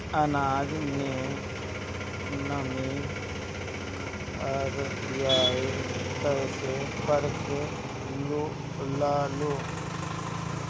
आनाज के नमी घरयीत कैसे परखे लालो?